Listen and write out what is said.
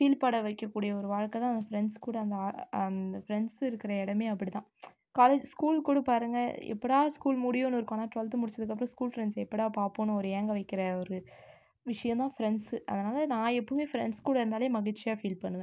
feel பண்ண வைக்கக்கூடிய ஒரு வாழ்க்கை தான் அந்த ஃப்ரெண்ட்ஸ் கூட அந்த ஃப்ரெண்ட்ஸ் இருக்கிற இடமே அப்படி தான் காலேஜ் ஸ்கூல் கூட பாருங்க எப்படா ஸ்கூல் முடியும்னு இருக்கும் ஆனால் டுவெல்த்து முடிச்சதுக்கு அப்புறம் ஸ்கூல் ஃப்ரெண்ட்ஸை எப்படா பாப்போம்னு ஒரு ஏங்க வைக்கிற ஒரு விஷயம் தான் ஃப்ரெண்ட்ஸு அதனால் நான் எப்பவுமே ஃப்ரெண்ட்ஸ் கூட இருந்தாலே மகிழ்ச்சியாக ஃபீல் பண்ணுவேன்